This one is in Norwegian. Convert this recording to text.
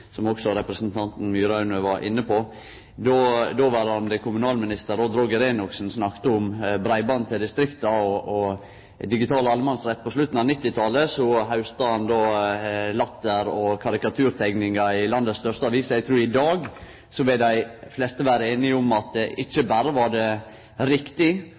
som også representanten Myraune var inne på. Då dåverande kommunalminister Odd Roger Enoksen snakka om breiband til distrikta og digital allemannsrett på slutten av 1990-talet, hausta han latter og karikaturteikningar i den største avisa i landet. Eg trur i dag vil dei fleste vere einige om at ikkje berre var det riktig